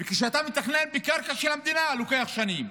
כשאתה מתכנן בקרקע של המדינה, לוקח שנים.